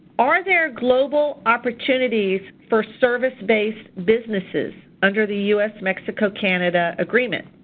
are there global opportunities for service-based businesses under the us-mexico-canada agreement,